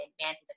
advantage